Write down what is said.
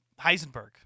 Heisenberg